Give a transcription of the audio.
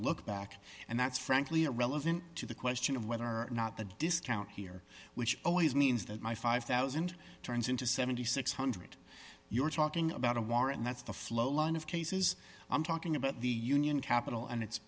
look back and that's frankly irrelevant to the question of whether or not the discount here which always means that my five thousand turns into seven thousand six hundred you're talking about a war and that's the flow line of cases i'm talking about the union capital and it